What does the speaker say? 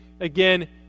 again